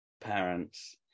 parents